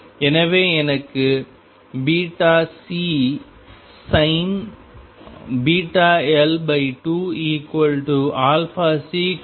எனவே எனக்கு βCsin βL2 αCcos βL2 உள்ளது